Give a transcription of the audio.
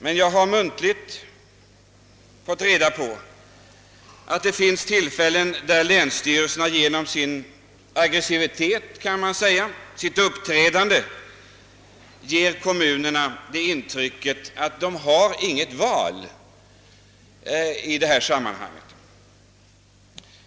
Men jag har muntligt fått reda på att det förekommer att länsstyrelserna genom sitt aggressiva upp trädande ger kommunerna intrycket att de inte har något val i detta sammanhang.